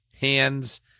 hands